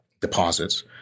deposits